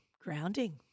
Grounding